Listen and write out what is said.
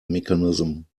mechanism